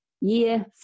year